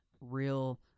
real